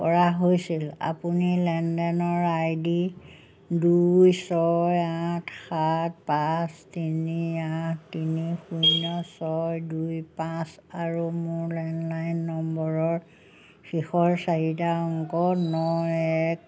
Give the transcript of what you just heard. কৰা হৈছিল আপুনি লেনদেনৰ আই ডি দুই ছয় আঠ সাত পাঁচ তিনি আঠ তিনি শূন্য ছয় দুই পাঁচ আৰু মোৰ লেণ্ডলাইন নম্বৰৰ শেষৰ চাৰিটা অংক ন এক